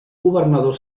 governador